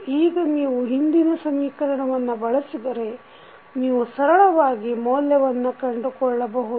ಈಗ ನೀವು ಹಿಂದಿನ ಸಮೀಕರಣವನ್ನು ಬಳಸಿದರೆ ನೀವು ಸರಳವಾಗಿ ಮೌಲ್ಯವನ್ನು ಕಂಡುಕೊಳ್ಳಬಹುದು